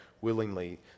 willingly